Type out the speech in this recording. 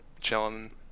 chilling